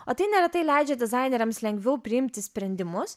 o tai neretai leidžia dizaineriams lengviau priimti sprendimus